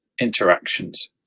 interactions